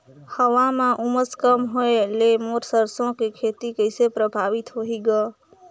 हवा म उमस कम होए ले मोर सरसो के खेती कइसे प्रभावित होही ग?